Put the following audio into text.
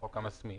בחוק המסמיך.